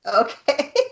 Okay